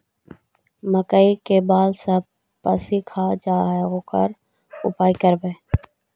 मकइ के बाल सब पशी खा जा है ओकर का उपाय करबै?